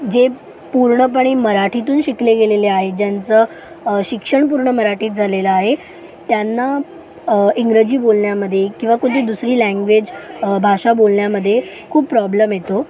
जे पूर्णपणे मराठीतून शिकले गेलेले आहेत ज्यांचं शिक्षण पूर्ण मराठीत झालेलं आहे त्यांना इंग्रजी बोलण्यामध्ये किंवा कुठली दुसरी लँग्वेज भाषा बोलण्यामध्ये खूप प्रॉब्लम येतो